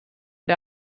der